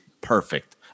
perfect